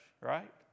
right